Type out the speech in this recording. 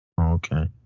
Okay